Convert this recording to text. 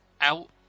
out